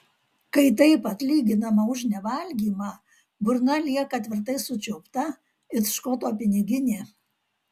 kai taip atlyginama už nevalgymą burna lieka tvirtai sučiaupta it škoto piniginė